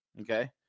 Okay